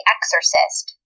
Exorcist